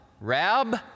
rab